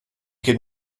could